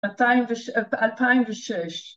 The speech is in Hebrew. ‫ב-2006.